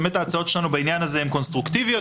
ההצעות שלנו בעניין הזה הן קונסטרוקטיביות.